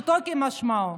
פשוטו כמשמעו.